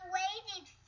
waiting